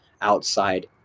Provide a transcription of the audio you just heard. outside